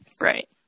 Right